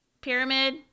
Pyramid